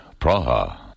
Praha